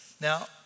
Now